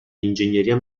ingegneria